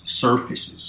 surfaces